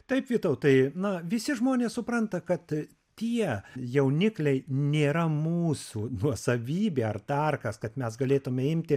taip vytautai na visi žmonės supranta kad tie jaunikliai nėra mūsų nuosavybė ar dar kas kad mes galėtume imti